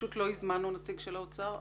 לא הזמנו נציג של האוצר.